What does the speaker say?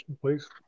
please